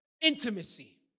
intimacy